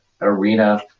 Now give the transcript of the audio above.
arena